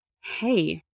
hey